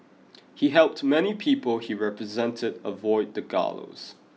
he helped many people he represented avoid the gallows